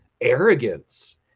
arrogance